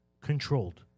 Controlled